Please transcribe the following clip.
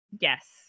Yes